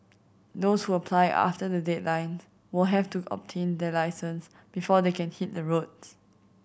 those who apply after the deadline will have to obtain their licence before they can hit the roads